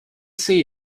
see